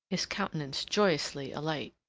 his countenance joyously alight.